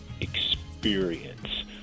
experience